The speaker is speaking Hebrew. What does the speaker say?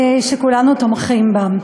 שכולנו תומכים בה.